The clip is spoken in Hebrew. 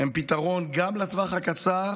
הם גם לטווח הקצר